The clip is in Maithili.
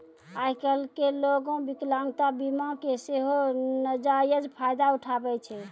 आइ काल्हि लोगें विकलांगता बीमा के सेहो नजायज फायदा उठाबै छै